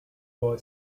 boy